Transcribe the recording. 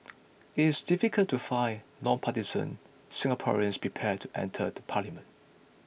it is difficult to find non partisan Singaporeans prepared to enter the parliament